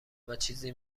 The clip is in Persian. ماچیزی